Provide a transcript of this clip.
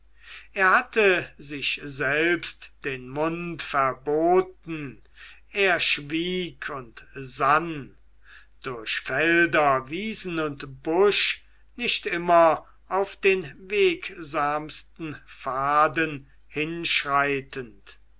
er hatte sich selbst den mund verboten er schwieg und sann durch felder wiesen und busch nicht immer auf den wegsamsten pfaden hinschreitend